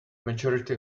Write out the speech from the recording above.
majority